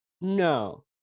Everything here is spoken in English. No